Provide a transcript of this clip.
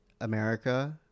America